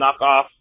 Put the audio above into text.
knockoff